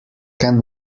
can